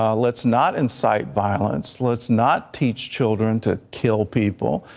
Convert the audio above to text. um let's not incite violence. let's not teach children to kill people